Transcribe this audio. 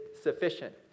sufficient